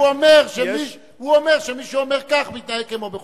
הוא אומר שמי שאומר כך מתנהג כמו בחושך.